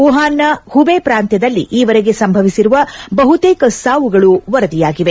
ವುಹಾನ್ನ Hubei ಪ್ರಾಂತ್ಯದಲ್ಲಿ ಈವರೆಗೆ ಸಂಭವಿಸಿರುವ ಬಹುತೇಕ ಸಾವುಗಳು ವರದಿಯಾಗಿವೆ